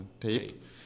tape